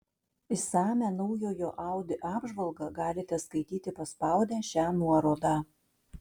išsamią naujojo audi apžvalgą galite skaityti paspaudę šią nuorodą